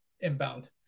inbound